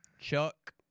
Chuck